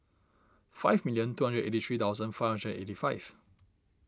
five million two hundred eighty three thousand five hundred eighty five